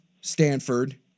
Stanford